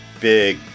big